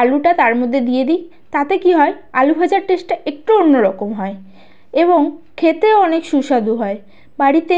আলুটা তার মধ্যে দিয়ে দিই তাতে কী হয় আলু ভাজার টেস্টটা একটু অন্য রকম হয় এবং খেতেও অনেক সুস্বাদু হয় বাড়িতে